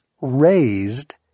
raised